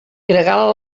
gregal